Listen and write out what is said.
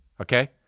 okay